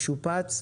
משופץ,